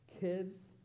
kids